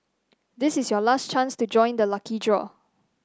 this is your last chance to join the lucky draw